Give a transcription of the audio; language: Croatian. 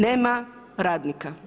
Nema radnika.